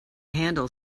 handle